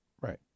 Right